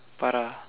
Farah